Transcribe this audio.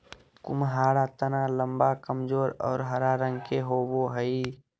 कुम्हाडा तना लम्बा, कमजोर और हरा रंग के होवो हइ